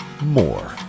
more